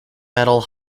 metal